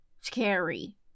scary